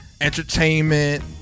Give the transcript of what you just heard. entertainment